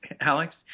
Alex